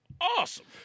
awesome